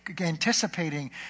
anticipating